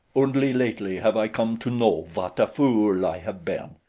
only lately have i come to know what a fool i have been.